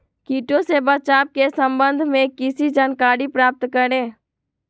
किटो से बचाव के सम्वन्ध में किसी जानकारी प्राप्त करें?